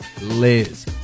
Liz